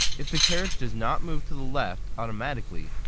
if the carriage does not move to the left automatically,